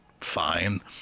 fine